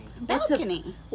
Balcony